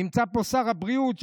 נמצא פה שר הבריאות,